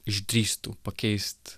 išdrįstų pakeist